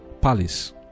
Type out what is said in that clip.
palace